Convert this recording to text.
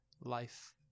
life